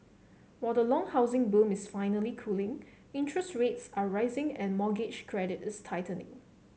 while the long housing boom is finally cooling interest rates are rising and mortgage credit is tightening